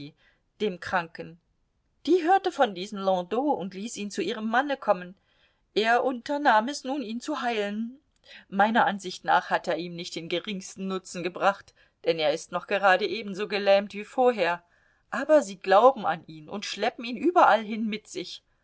dem kranken die hörte von diesem landau und ließ ihn zu ihrem manne kommen er unternahm es nun ihn zu heilen meiner ansicht nach hat er ihm nicht den geringsten nutzen gebracht denn er ist noch gerade ebenso gelähmt wie vorher aber sie glauben an ihn und schleppen ihn überallhin mit sich